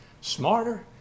smarter